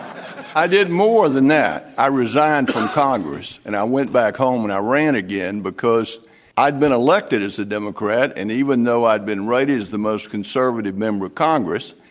i did more than that. i resigned from congress and i went back home and i ran again because i'd been elected as a democrat and even though i'd been rated as the most conservative member of congress,